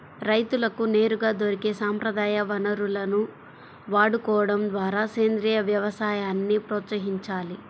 రైతులకు నేరుగా దొరికే సంప్రదాయ వనరులను వాడుకోడం ద్వారా సేంద్రీయ వ్యవసాయాన్ని ప్రోత్సహించాలి